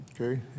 Okay